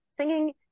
Singing